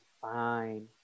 fine